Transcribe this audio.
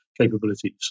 capabilities